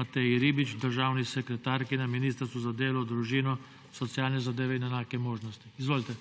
Mateji Ribič, državni sekretarki na Ministrstvu za delo, družino, socialne zadeve in enake možnosti. Izvolite.